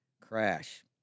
crash